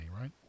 right